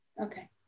okay